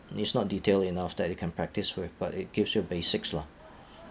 it's not detailed enough that you can practise with but it gives you basics lah